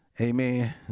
Amen